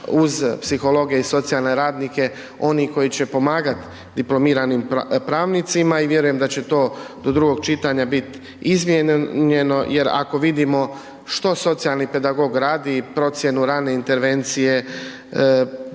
uz psihologe i socijalne radnike oni koji će pomagati diplomiranim pravnicima i vjerujem da će to do drugog čitanja biti izmijenjeno jer ako vidimo što socijalni pedagog radi i procjenu rane intervencije,